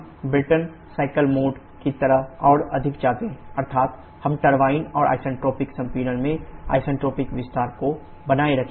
हम Brayton cycle mode की तरह और अधिक जाते हैं अर्थात् हम टरबाइन और आइसेंट्रोपिक संपीड़न में आइसेंट्रोपिक विस्तार को बनाए रखेंगे